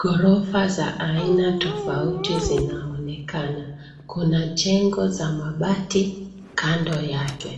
Ghorofa za aina tofauti zinaonekana, kuna jengo za mabati kando yake.